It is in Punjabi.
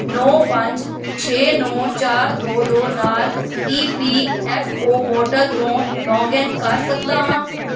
ਨੌਂ ਪੰਜ ਛੇ ਨੌਂ ਚਾਰ ਦੋ ਦੋ ਨਾਲ E P F O portal ਤੋਂ ਲੌਗਇਨ ਕਰ ਸਕਦਾ ਹਾਂ